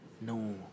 no